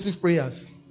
prayers